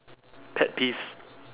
pet peeves